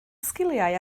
sgiliau